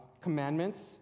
commandments